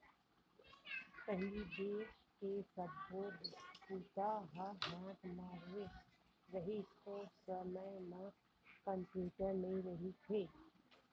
पहिली बेंक के सब्बो बूता ह हाथ म होवत रिहिस, ओ समे म कम्प्यूटर नइ रिहिस हे